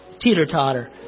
teeter-totter